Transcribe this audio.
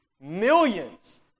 Millions